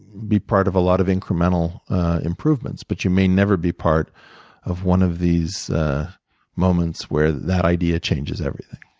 be part of a lot of incremental improvements, but you may never be part of one of these moments where that idea changes everything.